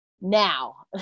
Now